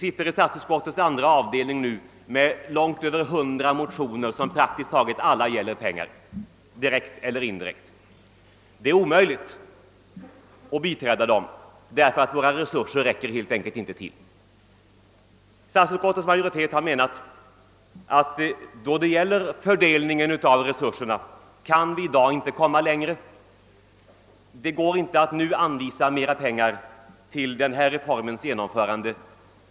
I statsutskottets andra avdelning har vi nu långt över hundra motioner, som praktiskt taget alla direkt eller indirekt gäller pengar. Det är omöjligt att biträda dessa motioner, eftersom våra resurser helt enkelt inte räcker till. Statsutskottets majoritet menar att vi i dag inte kan komma längre då det gäller fördelning av resurserna; det går inte att nu anvisa mer pengar till denna reforms genomförande.